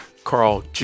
Carl